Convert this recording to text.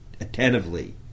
attentively